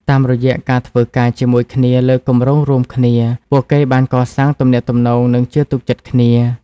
តាមរយៈការធ្វើការជាមួយគ្នាលើគម្រោងរួមគ្នា ពួកគេបានកសាងទំនាក់ទំនងនិងជឿទុកចិត្តគ្នា។